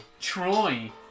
Troy